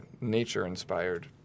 nature-inspired